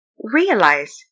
Realize